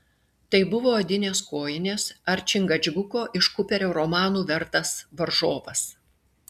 tai buvo odinės kojinės ar čingačguko iš kuperio romanų vertas varžovas